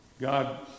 God